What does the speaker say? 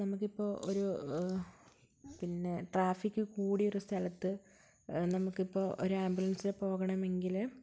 നമുക്ക് ഇപ്പോൾ ഒരു പിന്നെ ട്രാഫിക് കൂടിയ ഒരു സ്ഥലത്ത് നമുക്ക് ഇപ്പോൾ ഒരു ആംബുലൻസിൽ പോകണമെങ്കിൽ